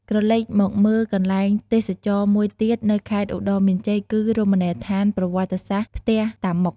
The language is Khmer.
ក្រឡេកមកមើលកន្លែងទេសចរមួយទៀតនៅខេត្តឧត្តរមានជ័យគឺ រមនីយដ្ឋានប្រវត្តិសាស្ត្រ ផ្ទះតាម៉ុក។